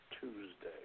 Tuesday